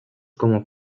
como